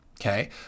Okay